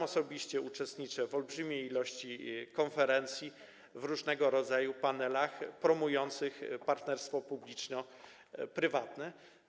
Osobiście uczestniczę w olbrzymiej ilości konferencji, w różnego rodzaju panelach promujących partnerstwo publiczno-prywatne.